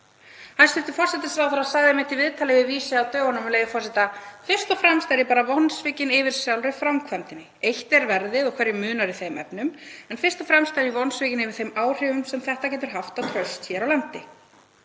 Hæstv. forsætisráðherra sagði einmitt í viðtali við Vísi á dögunum, með leyfi forseta: „Fyrst og fremst er ég bara vonsvikin yfir sjálfri framkvæmdinni, eitt er verðið og hverju munar í þeim efnum. En fyrst og fremst er ég vonsvikin yfir þeim áhrifum sem þetta getur haft á traust hér á landi.“